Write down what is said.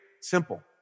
simple